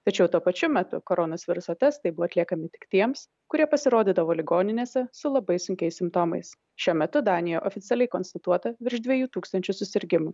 tačiau tuo pačiu metu koronos viruso testai buvo atliekami tik tiems kurie pasirodydavo ligoninėse su labai sunkiais simptomais šiuo metu danijoj oficialiai konstatuota virš dviejų tūkstančių susirgimų